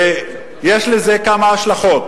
ויש לזה כמה השלכות.